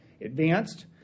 advanced